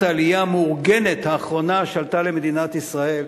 העלייה המאורגנת האחרונה שעלתה למדינת ישראל,